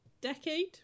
decade